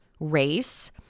race